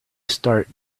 start